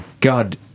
God